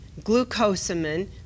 glucosamine